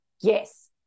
yes